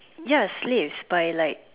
ya slaves by like